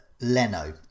Leno